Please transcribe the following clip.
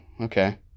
okay